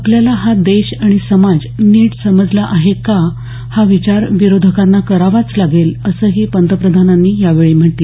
आपल्याला हा देश आणि समाज नीट समजला आहे का हा विचार विरोधकांना करावाच लागेल असंही पंतप्रधानांनी यावेळी म्हटलं